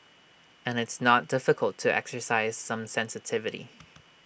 and it's not difficult to exercise some sensitivity